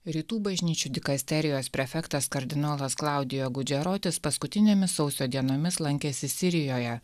rytų bažnyčių dikasterijos prefektas kardinolas klaudio gudžerotis paskutinėmis sausio dienomis lankėsi sirijoje